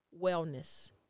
wellness